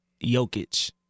Jokic